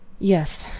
yes,